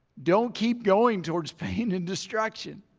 don't keep going towards pain and destruction.